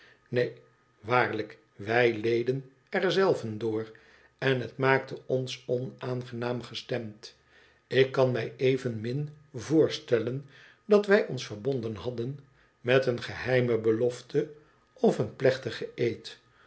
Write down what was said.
neen waarlijk wij leden er zelven door en het maakte ons onaangenaam gestemd ik kan mij evenmin voorstellen dat wij ons verbonden hadden met een geheime belofte of een plechtigen eed